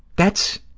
that's